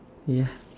ya